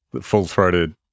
full-throated